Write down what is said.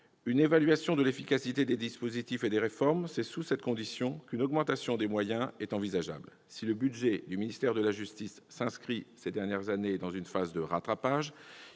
Évaluer l'efficacité des dispositifs et des réformes : c'est sous cette condition qu'une augmentation des moyens est envisageable. Si le budget du ministère de la justice s'inscrit, ces dernières années, dans une phase de rattrapage,